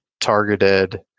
targeted